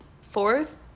fourth